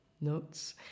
notes